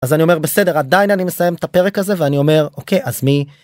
אז אני אומר בסדר עדיין אני מסיים את הפרק הזה ואני אומר אוקיי אז מי.